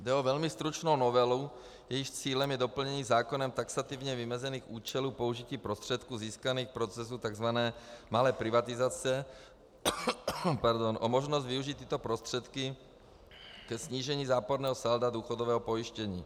Jde o velmi stručnou novelu, jejímž cílem je doplnění zákonem taxativně vymezených účelů použití prostředků získaných v procesu tzv. malé privatizace o možnost využít tyto prostředky ke snížení záporného salda důchodového pojištění.